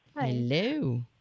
Hello